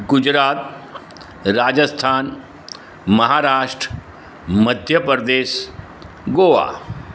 Gujarat Rajasthan Maharashtra Madhya Pradesh Goa